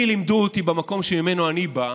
אני, לימדו אותי, במקום שממנו אני בא,